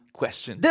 question